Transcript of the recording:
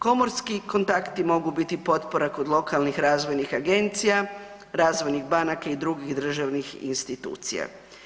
Komorski kontakti mogu biti potpora kod lokalnih razvojnih agencija, razvojnih banaka i drugih državnih institucija.